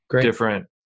different